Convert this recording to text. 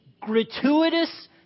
gratuitous